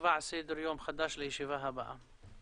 נקבע סדר יום חדש לישיבה הבאה.